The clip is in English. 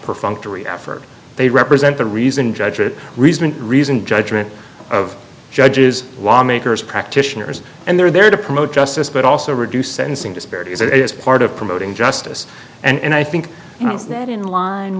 perfunctory effort they represent the reason judge that reason reasoned judgment of judges lawmakers practitioners and they're there to promote justice but also reduce sentencing disparities as part of promoting justice and i think that's not in line